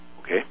Okay